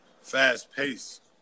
fast-paced